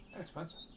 expensive